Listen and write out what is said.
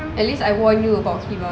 at least I warn you about him ah